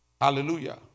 Hallelujah